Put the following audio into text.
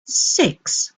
six